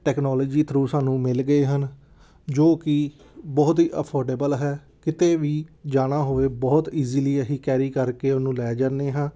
technology through ਸਾਨੂੰ ਮਿਲ ਗਏ ਹਨ ਜੋ ਕਿ ਬਹੁਤ ਹੀ ਅਫੋਰਡੇਬਲ ਹੈ ਕਿਤੇ ਵੀ ਜਾਣਾ ਹੋਵੇ ਬਹੁਤ ਈਜ਼ੀਲੀ ਅਸੀਂ ਕੈਰੀ ਕਰਕੇ ਉਹਨੂੰ ਲੈ ਜਾਂਦੇ ਹਾਂ